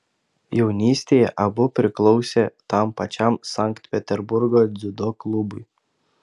jaunystėje abu priklausė tam pačiam sankt peterburgo dziudo klubui